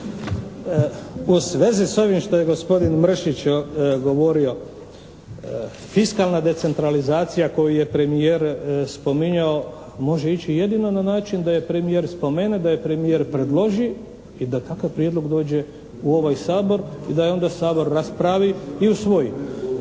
U svezi s ovim što je gospodin Mršić govorio. Fiskalna decentralizacija koju je premijer spominjao, može ići jedino na način da je premijer spomene, da je premijer predloži i da takav prijedlog dođe u ovaj Sabor i da je onda Sabor raspravi i usvoji.